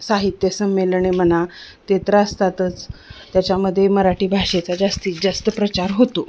साहित्य संमेलने म्हणा ते तर असतातच त्याच्यामध्ये मराठी भाषेचा जास्तीत जास्त प्रचार होतो